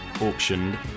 auctioned